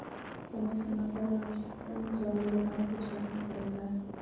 समय समय पर आवश्यकतानुसार लताओं को छांटना पड़ता है